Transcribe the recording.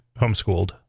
homeschooled